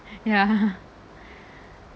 ya